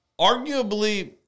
arguably